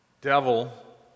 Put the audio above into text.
devil